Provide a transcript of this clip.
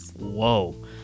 Whoa